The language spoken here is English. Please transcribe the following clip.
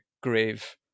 grave